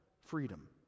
freedom